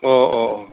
অঁ অঁ অঁ